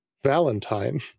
valentine